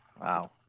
Wow